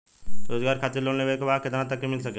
रोजगार खातिर लोन लेवेके बा कितना तक मिल सकेला?